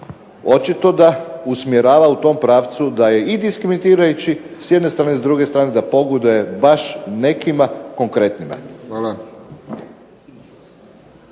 očito usmjerava u tom pravcu da je diskriminirajući s jedne strane, a s druge strane da pogoduje baš nekima konkretnima.